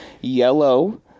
Yellow